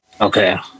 Okay